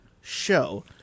show